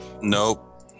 Nope